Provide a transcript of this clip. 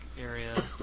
area